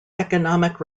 economic